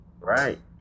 Right